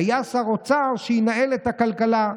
היה שר אוצר שינהל את הכלכלה.